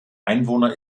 einwohner